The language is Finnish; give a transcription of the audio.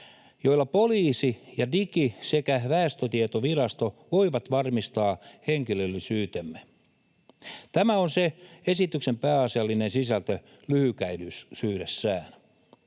joilla poliisi ja Digi- ja väestötietovirasto voivat varmistaa henkilöllisyytemme. Tämä on se esityksen pääasiallinen sisältö lyhykäisyydessään.